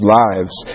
lives